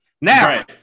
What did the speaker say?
Now